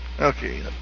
Okay